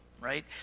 right